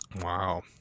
Wow